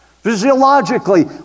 Physiologically